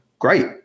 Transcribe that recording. great